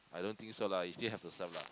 I don't think so lah you still have to serve lah